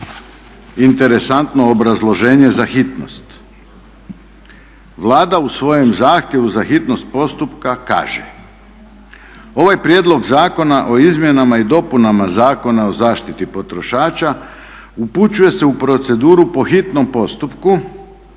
interesantno obrazloženje za hitnost. Vlada u svojem zahtjevu za hitnost postupka kaže ovaj prijedlog zakona o Izmjenama i dopunama Zakona o zaštiti potrošača upućuje se u proceduru po hitnom postupku